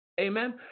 Amen